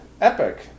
epic